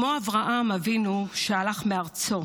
כמו אברהם אבינו, שהלך מארצו,